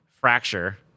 Fracture